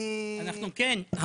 אנחנו כן.